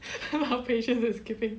patience and skipping